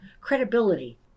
credibility